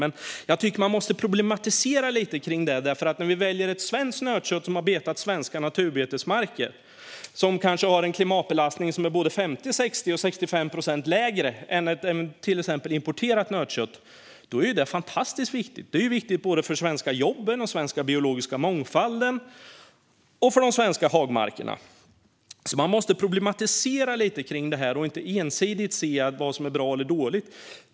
Jag tycker dock att man måste problematisera lite kring detta. När vi väljer svenskt nötkött från djur som har betat svenska naturbetesmarker och har en klimatbelastning som är kanske 50, 60 eller 65 procent lägre än till exempel importerat nötkött är det fantastiskt viktigt. Det är viktigt för de svenska jobben, den svenska biologiska mångfalden och de svenska hagmarkerna. Man måste alltså problematisera lite kring detta och inte ensidigt se vad som är bra eller dåligt.